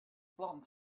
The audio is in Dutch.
plant